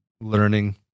learning